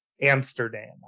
Amsterdam